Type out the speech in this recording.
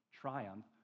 triumph